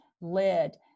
led